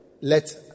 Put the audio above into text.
let